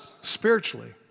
spiritually